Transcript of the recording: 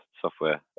software